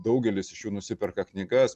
daugelis iš jų nusiperka knygas